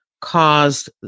caused